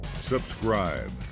subscribe